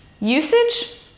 Usage